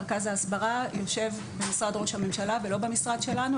מרכז ההסברה יושב במשרד ראש הממשלה ולא במשרד שלנו,